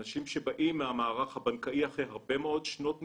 על ידי אנשים שבאים מהמערך הבנקאי אחרי הרבה מאוד שנות ניסיון.